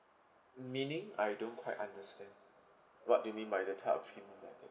meaning I don't quite understand what do you mean by the type of payment method